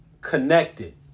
connected